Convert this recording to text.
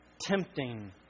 Tempting